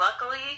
luckily